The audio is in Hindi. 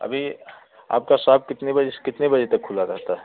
अभी आपका शॉप कितने बजे से कितने बजे तक खुला रहता है